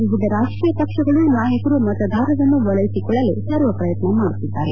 ವಿವಿಧ ರಾಜಕೀಯ ಪಕ್ಷಗಳು ನಾಯಕರು ಮತದಾರರನ್ನು ಒಲೈಸಿಕೊಳ್ಳಲು ಸರ್ವಪ್ರಯತ್ನ ಮಾಡುತ್ತಿದ್ದಾರೆ